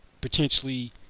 potentially